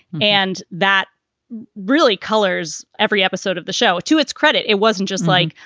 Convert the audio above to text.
and that really colors every episode of the show. to its credit, it wasn't just like,